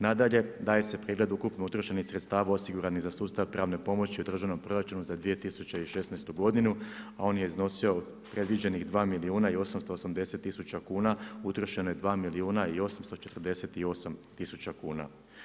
Nadalje, daje se pregled ukupno utrošenih sredstava osiguranih za sustav pravne pomoći u državnom proračunu za 2016. godinu, a on je iznosio predviđenih 2 milijuna 880 tisuća kuna, utrošeno je 2 milijuna 848 tisuća kuna.